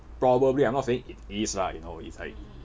probably I'm not saying it is lah you know it's like